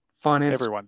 finance